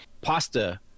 pasta